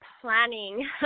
planning